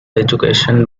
education